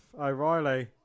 O'Reilly